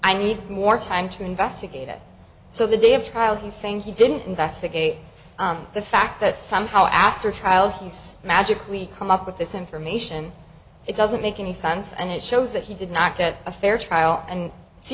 i need more time to investigate it so the day of trial he's saying he didn't investigate the fact that somehow after a trial feast magically come up with this information it doesn't make any sense and it shows that he did not get a fair trial and